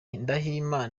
yifitemo